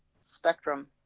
spectrum